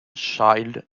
child